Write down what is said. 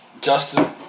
Justin